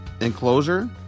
enclosure